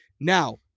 now